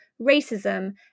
racism